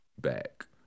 back